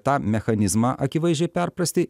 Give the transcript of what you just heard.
tą mechanizmą akivaizdžiai perprasti